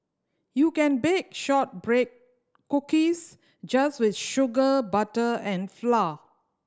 you can bake shortbread cookies just with sugar butter and flour